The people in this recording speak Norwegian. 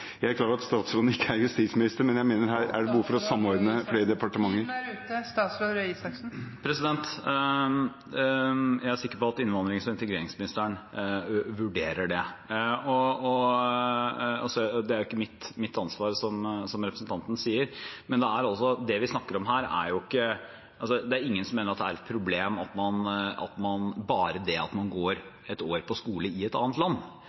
Jeg er klar over at statsråden ikke er justisminister, men jeg mener at det her er behov for å samordne flere departementer. Jeg er sikker på at innvandrings- og integreringsministeren vurderer det. Det er ikke mitt ansvar, som representanten sier. Det er ingen som mener det er et problem at man går et år på skole i et annet land, selv om man er norsk, og selv om familien kanskje bor i Norge – det er ikke problemet. Problemet er at man